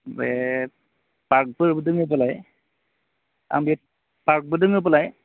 बे पार्कफोरबो दङबालाय पार्कबो दङबालाय